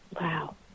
Wow